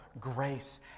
grace